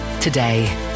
today